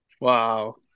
Wow